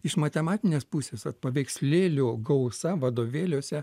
iš matematinės pusės vat paveikslėlių gausa vadovėliuose